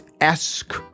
esque